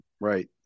Right